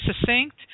succinct